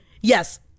yes